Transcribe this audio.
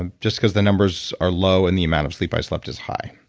and just because the numbers are low and the amount of sleep i slept is high.